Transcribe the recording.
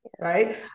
right